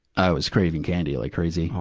i was craving candy like crazy. oh,